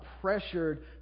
pressured